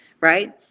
right